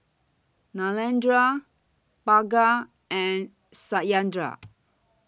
Narendra Bhagat and Satyendra